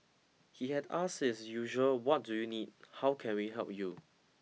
he had asked his usual what do you need how can we help you